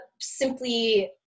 simply